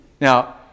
Now